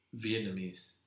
Vietnamese